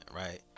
right